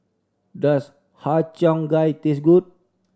does Har Cheong Gai taste good